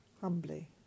humbly